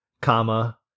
comma